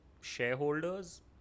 shareholders